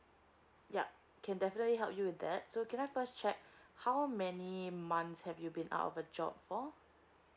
yup can definitely help you with that so can I first check how many months have you been out of a job for